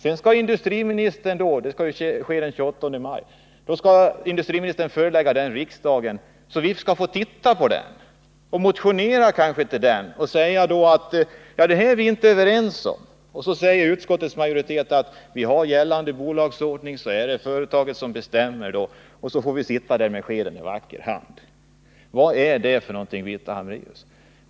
Sedan skall industriministern den 28 maj förelägga riksdagen den planen så att vi får titta på den och kanske motionera med anledning av den, om vi inte är överens. Men sedan säger då utskottets majoritet: Enligt gällande bolagsordning är det företaget som bestämmer. Och så får vi sitta där med skeden i vacker hand. Vad är detta för något, Birgitta Hambraeus?